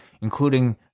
including